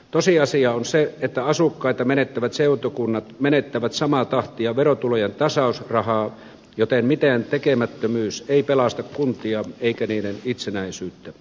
tosiasia on se että asukkaita menettävät seutukunnat menettävät samaa tahtia verotulojen tasausrahaa joten mitääntekemättömyys ei pelasta kuntia eikä niiden itsenäisyyttä